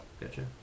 gotcha